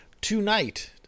Tonight